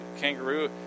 Kangaroo